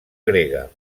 grega